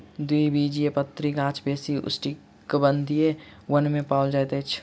द्विबीजपत्री गाछ बेसी उष्णकटिबंधीय वन में पाओल जाइत अछि